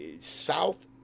south